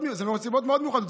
אלה סיבות מאוד מיוחדות,